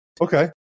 Okay